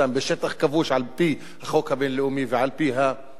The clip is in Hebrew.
על-פי החוק הבין-לאומי ועל-פי מה שהתרחש באמת בשטח.